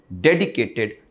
dedicated